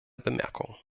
bemerkungen